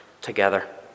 together